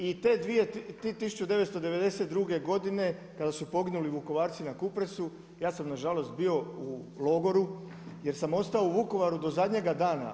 I te 2, 1992. godine, kada su poginuli Vukovarci na Kupresu, ja sam nažalost bio u logoru, jer sam ostao u Vukovaru do zadnjega dana.